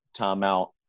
timeout